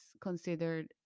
considered